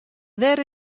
wêr